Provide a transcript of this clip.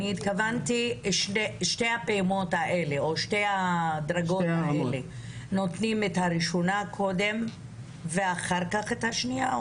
האם בשתי הרמות האלה נותנים קודם את הראשונה ואחר כך את השנייה?